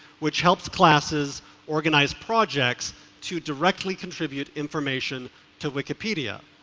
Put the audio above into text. which helps classes organize projects to directly contribute information to wikipedia.